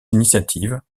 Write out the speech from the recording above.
initiatives